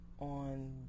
on